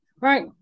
Right